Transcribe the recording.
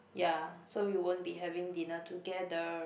ya so we won't be having dinner together